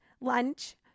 lunch